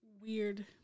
weird